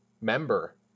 member